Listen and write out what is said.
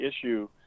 issue